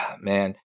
man